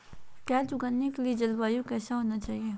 प्याज उगाने के लिए जलवायु कैसा होना चाहिए?